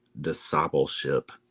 Discipleship